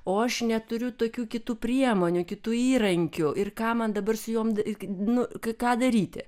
o aš neturiu tokių kitų priemonių kitų įrankių ir ką man dabar su joms irgi nu ką daryti